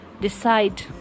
decide